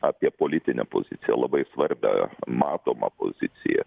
apie politinę poziciją labai svarbią matomą poziciją